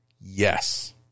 Yes